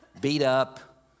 beat-up